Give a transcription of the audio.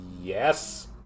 Yes